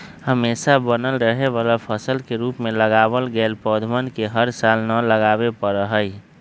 हमेशा बनल रहे वाला फसल के रूप में लगावल गैल पौधवन के हर साल न लगावे पड़ा हई